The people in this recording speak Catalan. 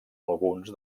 alguns